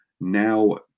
now